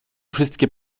wszystkie